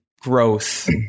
growth